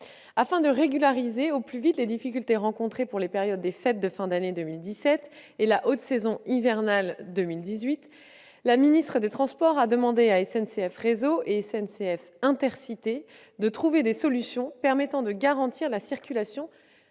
Afin de régulariser au plus vite les difficultés rencontrées pour les périodes des fêtes de fin d'année 2017 et la haute saison hivernale 2018, la ministre chargée des transports a demandé à SNCF Réseau et SNCF Intercités de trouver des solutions permettant de garantir la circulation